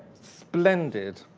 splendid.